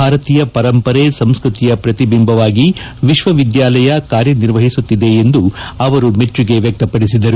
ಭಾರತೀಯ ಪರಂಪರೆ ಸಂಸ್ಕೃತಿಯ ಪ್ರತಿಬಿಂಬವಾಗಿ ವಿಶ್ವವಿದ್ಯಾಲಯ ಕಾರ್ಯನಿರ್ವಹಿಸುತ್ತದೆ ಎಂದು ಅವರು ಮೆಚ್ಚುಗೆ ವ್ವಕ್ತಪಡಿಸಿದರು